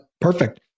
Perfect